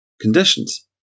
conditions